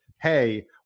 hey